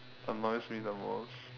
annoys me the most